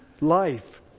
life